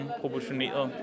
proportioneret